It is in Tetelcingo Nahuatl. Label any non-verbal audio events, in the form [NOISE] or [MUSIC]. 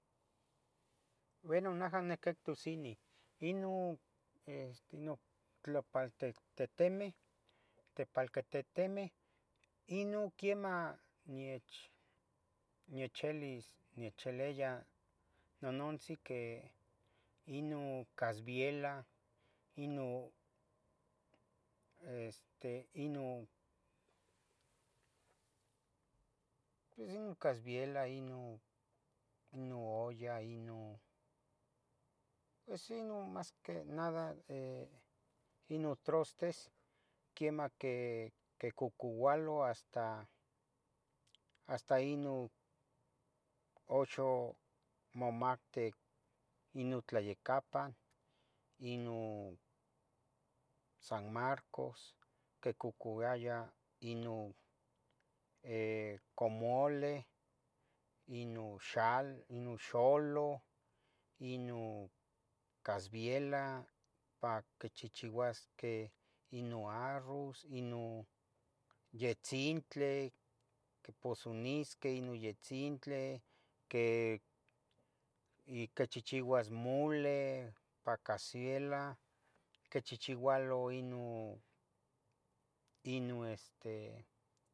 Bueno naha niquihtus ini, ino este ino tlapaltetenmeh, tepalcatetemeh, ino quiemah niech nechelis nechilia nonontzi que ino casvielah, ino este ino [HESITATION] pos ino casviela ino, ino olla ino, pues ino mas que nada, eh, ino trastes, quiemah quicocualo hasta, hasta ino uxa momati ino Tlayacapa, ino San Maros, quicocouaya ino eh, comoleh, ino xalo ino xuloh, ino casvielah, pa quichichiuasqueh ino arroz, ino yetzintli, quiposonisqueh ino yetzintli, que ica chichiuas muleh pa casvielah, quichichiualo ino este.